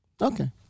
okay